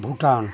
Bhutan